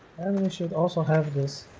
and we should also have this